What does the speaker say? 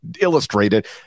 illustrated